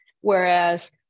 Whereas